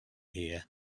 here